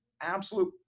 absolute